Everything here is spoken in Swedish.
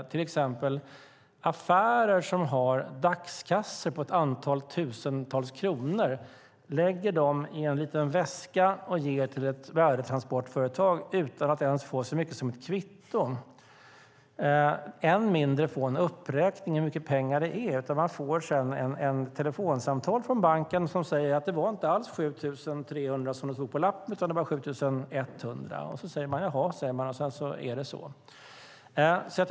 Ett exempel är affärer som har dagskassor på ett antal tusen kronor och lägger dem i en liten väska som de ger till ett värdetransportföretag utan att ens få så mycket som ett kvitto eller än mindre en uppräkning av hur mycket pengar det är. Sedan får de ett telefonsamtal från banken som säger att det var inte alls 7 300 kronor som det stod på lappen, utan det var 7 100 kronor. Jaha, säger man från butiken, och så är det inte mer med det.